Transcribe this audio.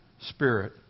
spirit